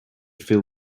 fill